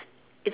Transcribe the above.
is